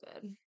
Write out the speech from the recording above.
good